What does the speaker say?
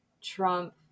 Trump